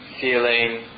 feeling